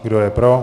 Kdo je pro?